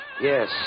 Yes